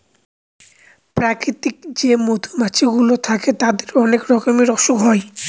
প্রাকৃতিক যে মধুমাছি গুলো থাকে তাদের অনেক রকমের অসুখ হয়